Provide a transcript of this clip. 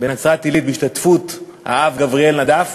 בנצרת-עילית בהשתתפות האב גבריאל נדאף